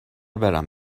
برم